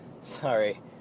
Sorry